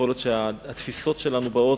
יכול להיות שהתפיסות שלנו באות,